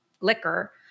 liquor